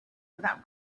without